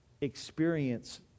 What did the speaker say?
experience